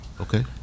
Okay